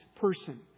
person